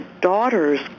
daughter's